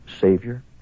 Savior